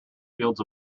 fields